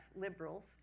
liberals